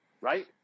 right